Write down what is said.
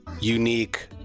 unique